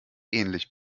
ähnlich